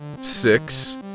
six